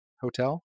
hotel